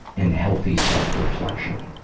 and healthy self-reflection.